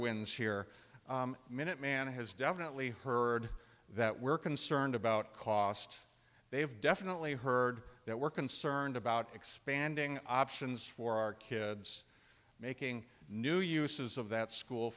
wins here minuteman has definitely heard that we're concerned about cost they have definitely heard that we're concerned about expanding options for our kids making new uses of that school